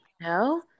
No